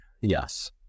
Yes